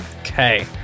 Okay